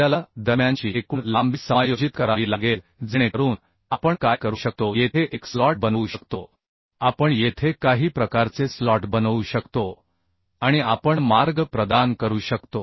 आपल्याला दरम्यानची एकूण लांबी समायोजित करावी लागेल जेणेकरून आपण काय करू शकतो येथे एक स्लॉट बनवू शकतो आपण येथे काही प्रकारचे स्लॉट बनवू शकतो आणि आपण मार्ग प्रदान करू शकतो